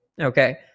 Okay